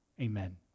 Amen